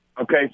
Okay